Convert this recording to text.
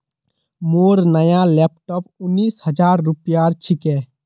मोर नया लैपटॉप उन्नीस हजार रूपयार छिके